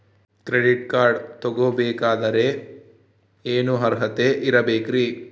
Credit card ತೊಗೋ ಬೇಕಾದರೆ ಏನು ಅರ್ಹತೆ ಇರಬೇಕ್ರಿ?